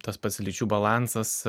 tas pats lyčių balansas